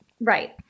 Right